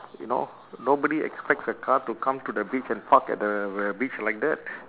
you know nobody expects a car to come to the beach and park at the uh beach like that